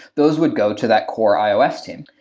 those would go to that core ios team,